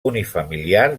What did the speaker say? unifamiliar